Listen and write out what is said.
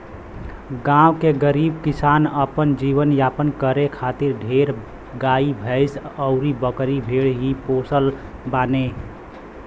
गांव के गरीब किसान अपन जीवन यापन करे खातिर ढेर गाई भैस अउरी बकरी भेड़ ही पोसत बाने